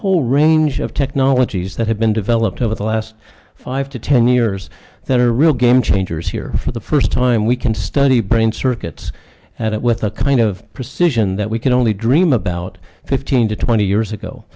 whole range of technologies that have been developed over the last five to ten years that are real game changers here for the first time we can study brain circuits and it with a kind of precision that we can only dream about fifteen to twenty years ago